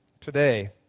Today